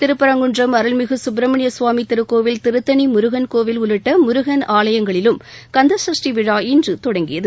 திருப்பரங்குன்றம் அருள்மிகு சுப்ரமணியசுவாமி திருக்கோவில் திருத்தணி முருகன் கோவில் உள்ளிட்ட முருகன் ஆலயங்களிலும் கந்த சஷ்டி விழா இன்று தொடங்கியது